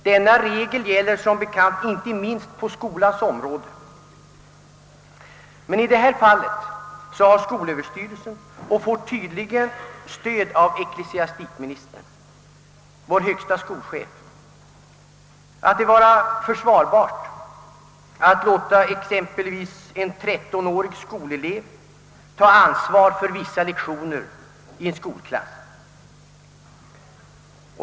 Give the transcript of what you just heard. Denna regel gäller som bekant inte minst på skolans område. I det här fallet anser skolöverstyrelsen och får tydligen stöd av ecklesiastikministern, vår högste skolchef, det vara försvarbart att låta exempelvis en 13-årig skolelev taga ansvar för vissa lektioner i en skolklass.